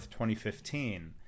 2015